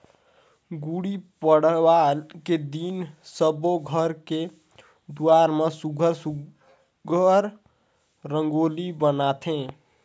गुड़ी पड़वा के दिन सब्बो घर के दुवार म सुग्घर सुघ्घर रंगोली बनाथे